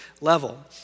level